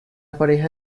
pareja